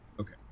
okay